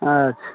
अच्छे